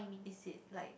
is it like